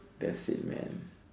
that's it man